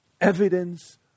Evidence